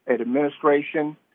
administration